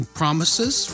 promises